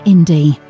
Indie